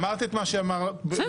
אמרת את מה שאמרת -- בסדר.